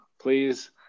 Please